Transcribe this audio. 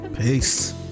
Peace